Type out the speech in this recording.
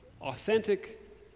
authentic